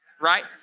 right